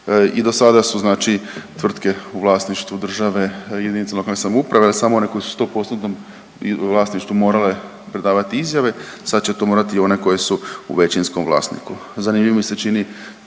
i do sada su znači tvrtke u vlasništvu države, jedinice lokalne samouprave samo one koje su u 100%-tnom vlasništvu morale predavati izjavi sad će to morati i one koje su u većinskom vlasniku. Zanimljivim mi se čini